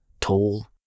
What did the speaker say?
tall